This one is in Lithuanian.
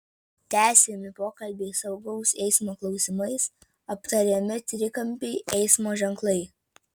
tęsiami pokalbiai saugaus eismo klausimais aptariami trikampiai eismo ženklai